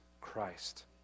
Christ